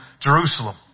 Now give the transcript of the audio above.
Jerusalem